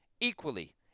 equally